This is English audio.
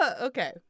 Okay